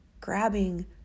grabbing